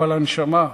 אבל הנשמה,